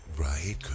right